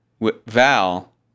Val